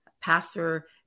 pastor